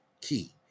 key